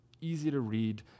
easy-to-read